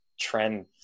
trend